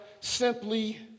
simply